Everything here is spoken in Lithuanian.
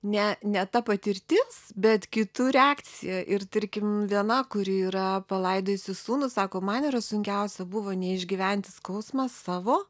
ne ne ta patirtis bet kitų reakcija ir tarkim viena kuri yra palaidojusi sūnų sako man yra sunkiausia buvo ne išgyventi skausmą savo